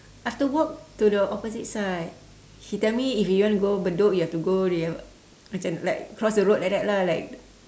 I have to walk to the opposite side he tell me if you want go bedok you have to go you have macam like cross the road like that lah like